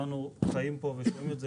וכולנו חיים פה ויודעים את זה,